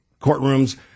courtrooms